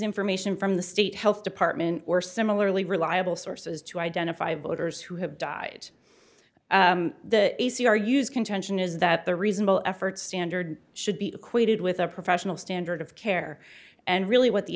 information from the state health department or similarly reliable sources to identify voters who have died the a c r use contention is that the reasonable effort standard should be equated with a professional standard of care and really what the